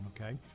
Okay